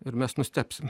ir mes nustebsime